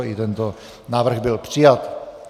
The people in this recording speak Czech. I tento návrh byl přijat.